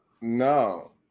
No